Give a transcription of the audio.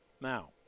Now